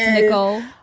nicole.